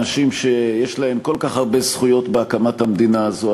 אנשים שיש להם כל כך הרבה זכויות בהקמת המדינה הזאת,